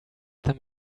them